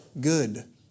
good